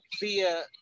via